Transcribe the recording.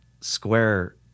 square